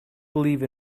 believe